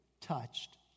touched